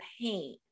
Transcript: pain